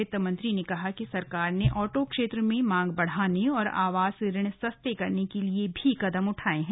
वित्तमंत्री ने कहा कि सरकार ने ऑटो क्षेत्र में मांग बढ़ाने और आवास ऋण सस्तें करने के लिए भी कदम उठाए हैं